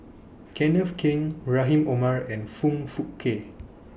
Kenneth Keng Rahim Omar and Foong Fook Kay